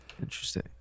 Interesting